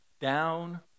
down